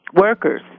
workers